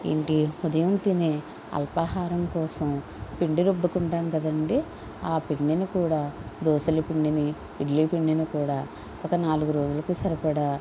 ఏంటి ఉదయం తినే అల్పాహారం కోసం పిండి రుబ్బుకుంటాం కదండీ ఆ పిండిని కూడా దోసల పిండిని ఇడ్లీ పిండిని కూడా ఒక నాలుగు రోజులకి సరిపడా